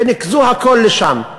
וניקזו הכול לשם.